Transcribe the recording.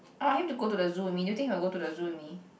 I want him to go to the zoo with me do you think he will go to the zoo with me